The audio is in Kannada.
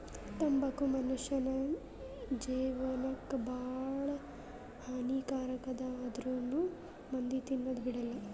ತಂಬಾಕು ಮುನುಷ್ಯನ್ ಜೇವನಕ್ ಭಾಳ ಹಾನಿ ಕಾರಕ್ ಅದಾ ಆಂದ್ರುನೂ ಮಂದಿ ತಿನದ್ ಬಿಡಲ್ಲ